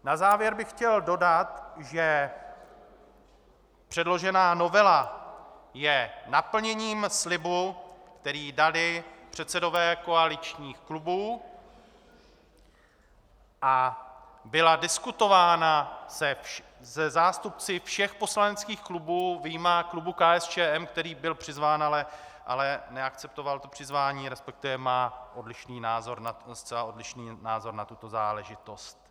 Na závěr bych chtěl dodat, že předložená novela je naplněním slibu, který dali předsedové koaličních klubů, a byla diskutována se zástupci všech poslaneckých klubů vyjma klubu KSČM, který byl přizván, ale neakceptoval to přizvání, respektive má odlišný, zcela odlišný názor na tuto záležitost.